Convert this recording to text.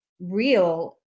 real